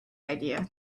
idea